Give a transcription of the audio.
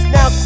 Now